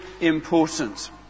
important